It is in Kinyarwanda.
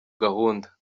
gahunda